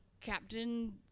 Captain